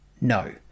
no